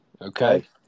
Okay